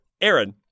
Aaron